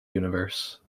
universe